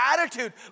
attitude